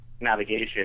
navigation